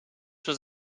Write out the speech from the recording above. was